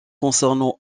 concernant